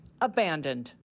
abandoned